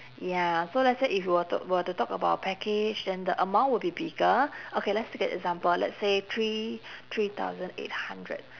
ya so let's say if you were to were to talk about a package then the amount would be bigger okay let's take an example let's say three three thousand eight hundred